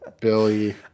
Billy